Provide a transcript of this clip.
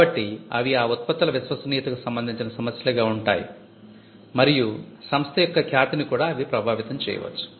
కాబట్టి అవి ఆ ఉత్పత్తుల విశ్వసనీయతకు సంబంధించిన సమస్యలుగా ఉంటాయి మరియు సంస్థ యొక్క ఖ్యాతిని కూడా అవి ప్రభావితం చేయవచ్చు